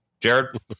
Jared